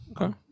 okay